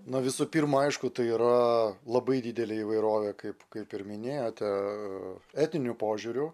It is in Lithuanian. nuo visų pirma aišku tai yra labai didelė įvairovė kaip kaip ir minėjote etiniu požiūriu